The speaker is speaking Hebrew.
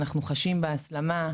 אנחנו חשים בהסלמה.